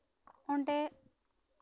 ᱚᱰᱮᱸ